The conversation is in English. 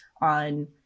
on